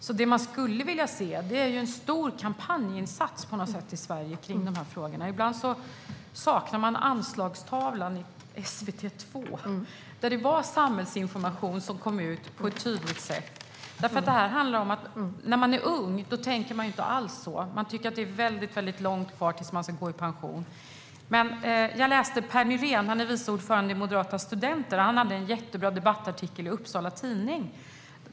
Det som man skulle vilja se är en stor kampanjinsats i Sverige om dessa frågor. Ibland saknar jag Anslagstavlan i SVT2, där samhällsinformation kom ut på ett tydligt sätt. När man är ung tänker man inte alls på detta. Man tycker att det är mycket lång tid kvar tills man ska gå i pension. Pär Nyrén, som är vice ordförande i Moderata Studenter Uppsala, skrev en mycket bra debattartikel i Upsala Nya Tidning.